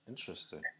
Interesting